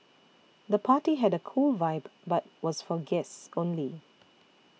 the party had a cool vibe but was for guests only